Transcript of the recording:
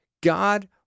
God